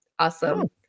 Awesome